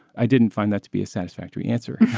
i didn't find that to be a satisfactory answer.